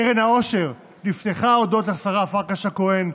קרן העושר נפתחה הודות לשרה פרקש הכהן.